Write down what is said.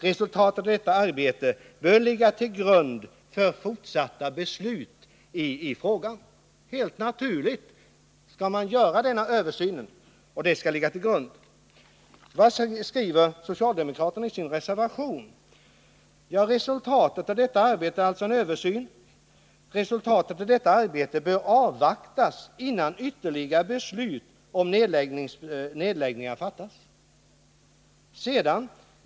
Resultatet av detta arbete bör ligga till grund för fortsatta beslut i frågan.” Helt naturligt: man skall göra denna översyn, och den skall ligga till grund för det fortsatta arbetet. Vad skriver socialdemokraterna om denna översyn i sin reservation? Jo, där står: ”Resultatet av detta arbete bör avvaktas innan ytterligare beslut om nedläggningar fattas.